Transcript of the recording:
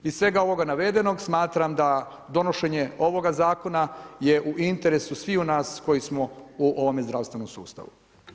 Iz svega ovoga navedenog smatram da donošenje ovoga Zakona je u interesu sviju nas koji smo u ovome zdravstvenom sustavu.